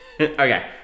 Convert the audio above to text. Okay